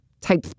type